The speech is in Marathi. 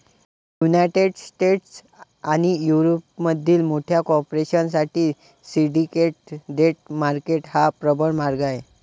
युनायटेड स्टेट्स आणि युरोपमधील मोठ्या कॉर्पोरेशन साठी सिंडिकेट डेट मार्केट हा प्रबळ मार्ग आहे